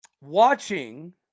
watching